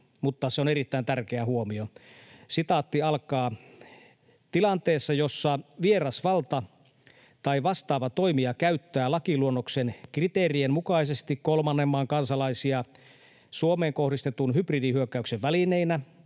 mutta se on erittäin tärkeä huomio: ”Tilanteessa, jossa vieras valta tai vastaava toimija käyttää lakiluonnoksen kriteerien mukaisesti kolmannen maan kansalaisia Suomeen kohdistetun hybridihyökkäyksen välineinä,